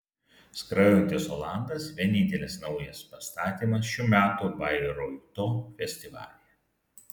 skrajojantis olandas vienintelis naujas pastatymas šių metų bairoito festivalyje